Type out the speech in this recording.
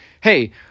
hey